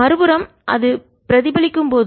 மறுபுறம் அது பிரதிபலிக்கும் போது